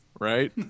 right